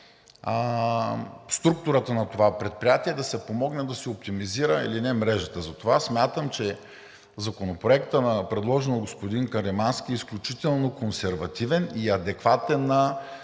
структурата на това предприятие, да се помогне да се оптимизира или не мрежата. И затова смятам, че Законопроектът, предложен от господин Каримански, е изключително консервативен и адекватен на